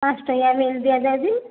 ପାଞ୍ଚ ଟଙ୍କିଆ ମିଲ୍ ଦିଆଯାଉଛି